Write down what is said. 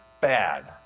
bad